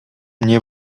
mnie